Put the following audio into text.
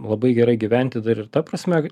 labai gerai gyventi dar ir ta prasme